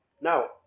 Now